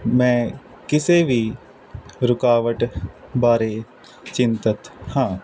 ਮੈਂ ਕਿਸੇ ਵੀ ਰੁਕਾਵਟ ਬਾਰੇ ਚਿੰਤਤ ਹਾਂ